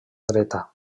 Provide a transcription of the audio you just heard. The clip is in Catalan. dreta